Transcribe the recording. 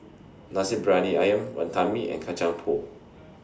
Nasi Briyani Ayam Wantan Mee and Kacang Pool